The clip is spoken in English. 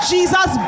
Jesus